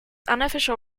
unofficial